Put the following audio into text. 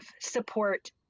support